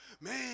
Man